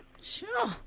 Sure